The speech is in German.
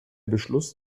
beschluss